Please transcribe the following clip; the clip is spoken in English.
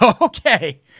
Okay